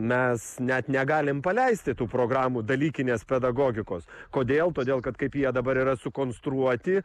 mes net negalim paleisti tų programų dalykinės pedagogikos kodėl todėl kad kaip jie dabar yra sukonstruoti